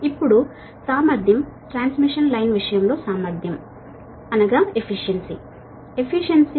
ఇప్పుడు efficiency transmission line విషయం లో ఎఫిషియన్సీ